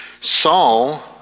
Saul